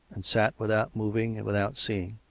and sat without moving and without seeing.